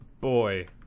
boy